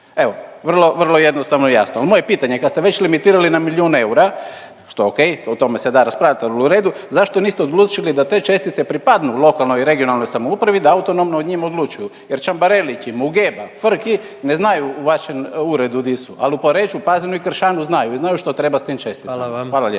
vrlo, vrlo jednostavno i jasno. Al moje pitanje, kad ste već limitirali na milijun eura, što je okej, o tome se da raspravljat, al u redu, zašto niste odlučili da te čestice pripadnu lokalnoj i regionalnoj samoupravi da autonomno o njima odlučuju jer Čambarelići, Mugeba, Frki ne znaju u vašem uredu di su, al u Poreču, Pazinu i Kršanu znaju i znaju što treba s tim česticama…/Upadica